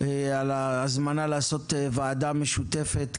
על ההזמנה לעשות ועדה משותפת.